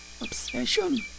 Obsession